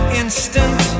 instant